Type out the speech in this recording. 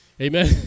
amen